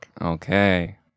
Okay